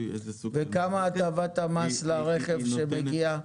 וכמה הטבת המס לרכב שמגיע?